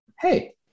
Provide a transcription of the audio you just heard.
hey